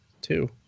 two